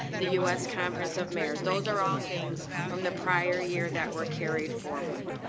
the us conference of mayors. those are all things from the prior year that were carried forward.